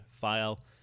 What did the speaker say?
file